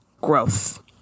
growth